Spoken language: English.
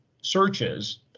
searches